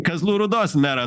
kazlų rūdos merą